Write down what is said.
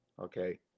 Okay